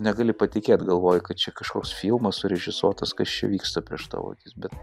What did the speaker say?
negali patikėt galvoji kad čia kažkoks filmas surežisuotas kas čia vyksta prieš tavo akis bet